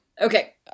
Okay